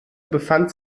befand